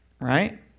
right